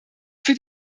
für